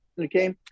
Okay